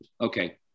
okay